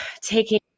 Taking